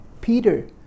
Peter